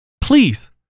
please